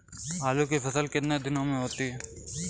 आलू की फसल कितने दिनों में होती है?